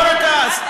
לא רק אז,